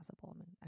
possible